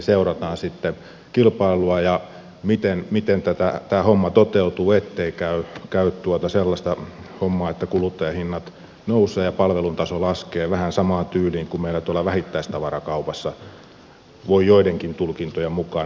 seurataan sitten kilpailua ja sitä miten tämä homma toteutuu ettei käy sellaista hommaa että kuluttajahinnat nousevat ja palvelun taso laskee vähän samaan tyyliin kuin meillä tuolla vähittäistavarakaupassa voi joidenkin tulkintojen mukaan olla käynyt